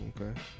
Okay